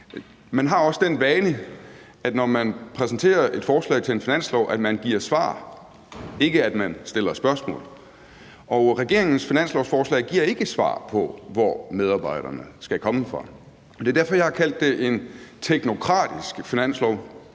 Man har også den vane, at når man præsenterer et forslag til en finanslov, så giver man svar – ikke, at man stiller spørgsmål. Og regeringens finanslovsforslag giver ikke et svar på, hvor medarbejderne skal komme fra. Det er derfor, at jeg har kaldt det et teknokratisk finanslovsforslag,